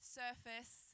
surface